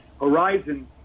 Horizon